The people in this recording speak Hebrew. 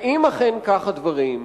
ואם אכן כך הדברים,